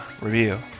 review